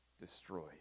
destroyed